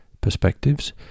perspectives